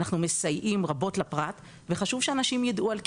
אנחנו מסייעים רבות לפרט וחשוב שאנשים יידעו על קיומנו.